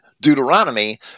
Deuteronomy